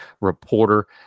Reporter